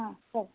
సరే